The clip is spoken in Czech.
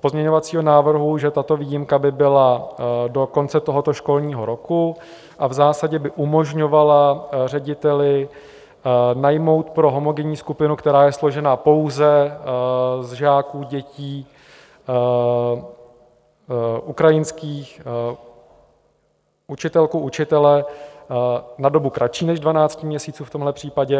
pozměňovacího návrhu, že tato výjimka by byla do konce tohoto školního roku a v zásadě by umožňovala řediteli najmout pro homogenní skupinu, která je složena pouze z žáků dětí ukrajinských, učitelku, učitele na dobu kratší než 12 měsíců v tomhle případě.